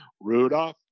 Rudolph